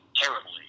terribly